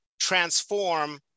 transform